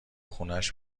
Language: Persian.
خونش